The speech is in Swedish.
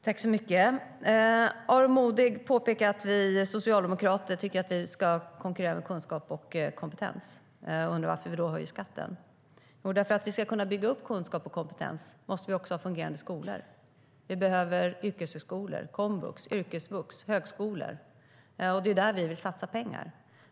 Fru talman! Aron Modig påpekar att vi socialdemokrater tycker att vi ska konkurrera med kunskap och kompetens och undrar varför vi då höjer skatten. Om vi ska kunna bygga upp kunskap och kompetens måste vi också ha fungerande skolor. Vi behöver yrkeshögskolor, komvux, yrkesvux och högskolor, och det är där vi vill satsa pengar.